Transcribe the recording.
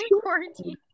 quarantine